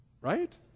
Right